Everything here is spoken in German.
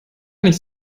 nicht